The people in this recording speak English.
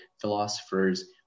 philosophers